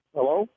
Hello